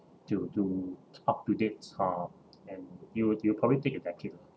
to to up to dates uh and you you will probably take a